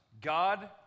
God